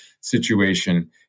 situation